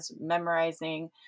memorizing